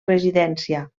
residència